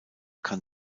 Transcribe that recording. kann